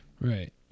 Right